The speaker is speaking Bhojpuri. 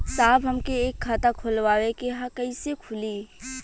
साहब हमके एक खाता खोलवावे के ह कईसे खुली?